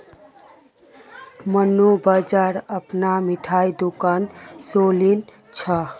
मन्नू बाजारत अपनार मिठाईर दुकान खोलील छ